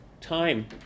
time